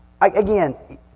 again